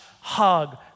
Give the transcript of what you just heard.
hug